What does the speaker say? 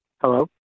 Hello